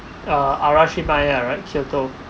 uh arashiyama right kyoto